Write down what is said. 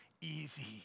easy